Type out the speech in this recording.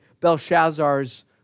Belshazzar's